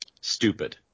stupid